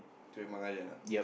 Tioman-Island ah